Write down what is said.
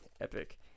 epic